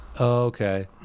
Okay